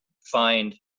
find